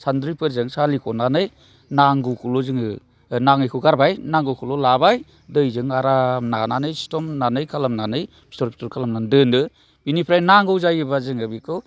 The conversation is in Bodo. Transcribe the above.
सान्द्रिफोरजों सालिख'नानै नांगौखौल' जोङो नाङैखौ गारबाय नांगौखौल' लाबाय दैजों आराम नानानै सिथमनानै खालामनानै फिथर फिथर खालामनानै दोनो बिनिफ्राय नांगौ जायोब्ला जोङो बेखौ